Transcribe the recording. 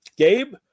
Gabe